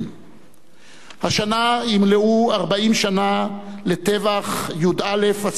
השנה ימלאו 40 שנה לטבח י"א הספורטאים במינכן.